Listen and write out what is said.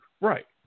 right